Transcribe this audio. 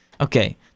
Okay